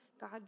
God